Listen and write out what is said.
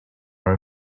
our